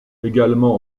également